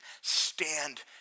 Stand